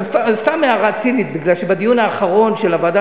זו סתם הערה צינית כי בדיון האחרון של הוועדה